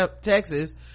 Texas